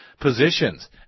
positions